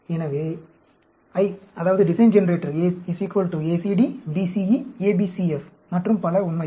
எனவே I அதாவது design generator ACD BCE ABCF மற்றும் பல உண்மையில்